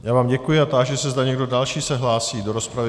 Já vám děkuji a táži se, zda někdo další se hlásí do rozpravy.